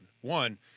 One